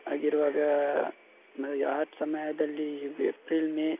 ಹಾಗಿರುವಾಗ ಅಂದರೆ ಆ ಸಮಯದಲ್ಲಿ ಏಪ್ರಿಲ್ ಮೇ